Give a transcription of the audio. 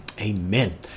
amen